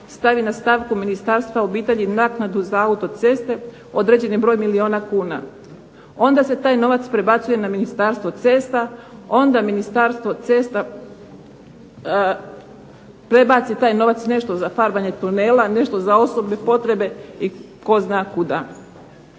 stavi na stavku Ministarstva obitelji naknadu za autoceste određeni broj milijuna kuna. Onda se taj novac prebacuje na Ministarstvo cesta, onda Ministarstvo cesta prebaci taj novac nešto za farbanje tunela, nešto za osobne potrebe i tko zna kuda.